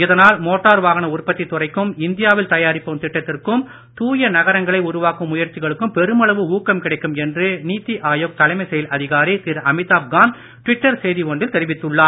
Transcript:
இதனால் மோட்டார் வாகன உற்பத்தி துறைக்கும் இந்தியாவில் தயாரிப்போம் திட்டத்திற்கும் தூய நகரங்களை உருவாக்கும் முயற்சிகளுக்கும் பெருமளவு ஊக்கம் கிடைக்கும் என்று நீத்தி ஆயோக் தலைமை செயல் அதிகாரி திரு அமீதாப் காந்த் டுவிட்டர் செய்தி ஒன்றில் தெரிவித்துள்ளார்